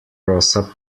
rosa